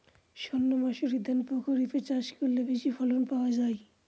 সর্ণমাসুরি ধান প্রক্ষরিপে চাষ করলে বেশি ফলন পাওয়া যায়?